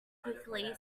quickly